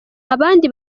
abandi